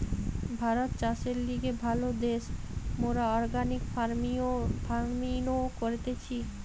ভারত চাষের লিগে ভালো দ্যাশ, মোরা অর্গানিক ফার্মিনো করতেছি